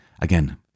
again